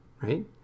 right